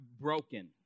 broken